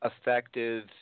effective